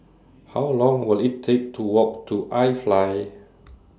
How Long Will IT Take to Walk to IFly